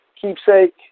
keepsake